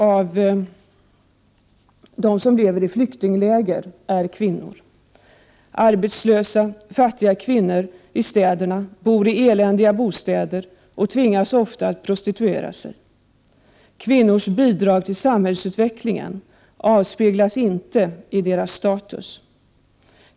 Arbetslösa, fattiga 19 april 1989 kvinnor i städerna bor i eländiga bostäder och tvingas ofta att prostituera sig. Kvinnors bidrag till samhällsutvecklingen avspeglas inte i deras status.